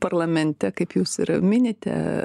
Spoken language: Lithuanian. parlamente kaip jūs ir minite